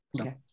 Okay